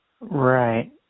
Right